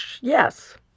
Yes